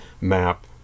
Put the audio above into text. map